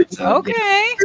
Okay